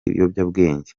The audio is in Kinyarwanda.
ibiyobyabwenge